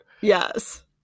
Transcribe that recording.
yes